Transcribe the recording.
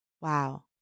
Wow